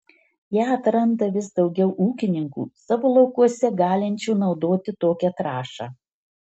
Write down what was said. ją atranda vis daugiau ūkininkų savo laukuose galinčių naudoti tokią trąšą